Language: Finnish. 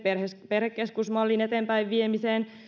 perhekeskusmallin eteenpäinviemiseen